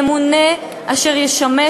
ממונה אשר ישמש,